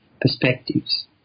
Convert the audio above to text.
perspectives